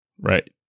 right